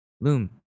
Loom